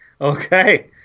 Okay